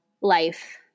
life